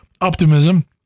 optimism